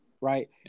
Right